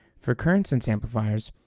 for current sense amplifiers,